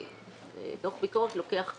ודוח ביקורת לוקח כשנה,